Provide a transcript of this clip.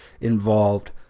involved